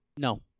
No